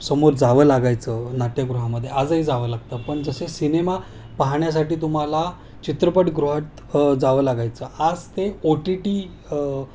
समोर जावं लागायचं नाट्यगृहामदे आजही जावं लागतं पन जसे सिनेमा पाहण्यासाठी तुम्हाला चित्रपट गृहात जावं लागायचं आज ते ओटीटी